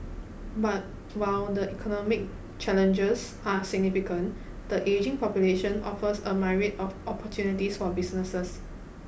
but while the economic challenges are significant the ageing population offers a myriad of opportunities for businesses